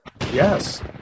Yes